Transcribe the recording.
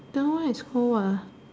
the one is called what ah